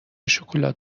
شکلات